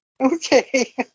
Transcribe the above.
Okay